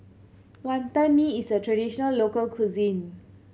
Wantan Mee is a traditional local cuisine